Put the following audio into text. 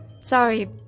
sorry